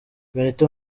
benito